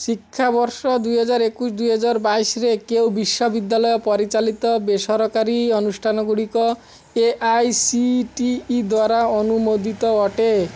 ଶିକ୍ଷାବର୍ଷ ଦୁଇ ହଜାର ଏକୋଇଶି ଦୁଇ ହଜାର ବାଇଶିରେ କେଉଁ ବିଶ୍ୱବିଦ୍ୟାଲୟ ପରିଚାଲିତ ବେସରକାରୀ ଅନୁଷ୍ଠାନ ଗୁଡ଼ିକ A I C T E ଦ୍ଵାରା ଅନୁମୋଦିତ ଅଟେ